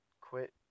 Quit